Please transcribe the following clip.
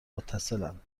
متصلاند